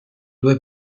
due